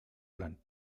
plan